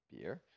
beer